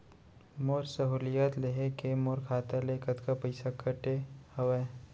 मोर सहुलियत लेहे के मोर खाता ले कतका पइसा कटे हवये?